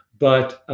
but ah